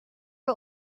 are